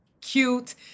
cute